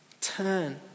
Turn